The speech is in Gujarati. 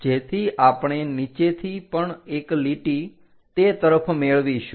જેથી આપણે નીચેથી પણ એક લીટી તે તરફ મેળવીશું